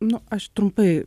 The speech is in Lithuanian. nu aš trumpai